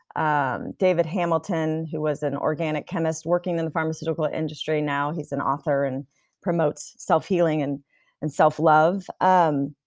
um david hamilton who was an organic chemist working in the pharmaceutical industry, now he's an author and promotes self-healing and and self-love, um